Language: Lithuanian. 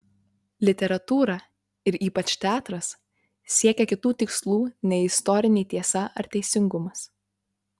literatūra ir ypač teatras siekia kitų tikslų nei istorinė tiesa ar teisingumas